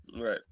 Right